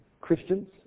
Christians